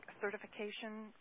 certification